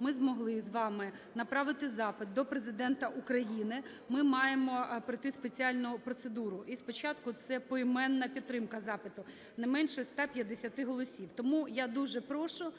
ми змогли з вами направити запит до Президента України, ми маємо пройти спеціальну процедуру, і спочатку це поіменна підтримка запиту не менше 150 голосів. Тому я дуже прошу,